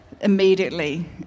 immediately